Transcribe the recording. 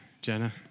Jenna